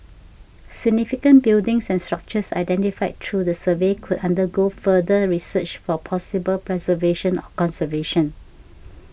significant buildings and structures identified through the survey could undergo further research for possible preservation or conservation